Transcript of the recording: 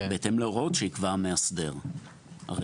בהתאם להוראות שיקבע המאסדר הרלוונטי,